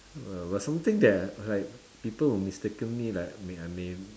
uh but something that like people will mistaken me like may I may